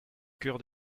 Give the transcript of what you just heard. cœur